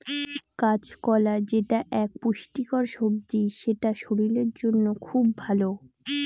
কাঁচকলা যেটা এক পুষ্টিকর সবজি সেটা শরীরের জন্য খুব ভালো